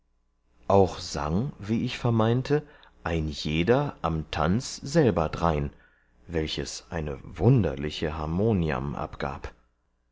auch sang wie ich vermeinte ein jeder am tanz selber drein welches eine wunderliche harmoniam abgab